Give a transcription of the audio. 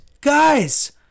guys